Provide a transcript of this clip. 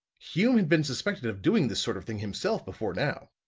hume has been suspected of doing this sort of thing himself before now.